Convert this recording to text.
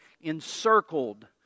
encircled